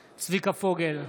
פוגל,